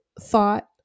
thought